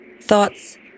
Thoughts